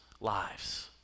lives